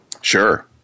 Sure